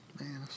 Man